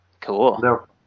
Cool